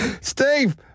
Steve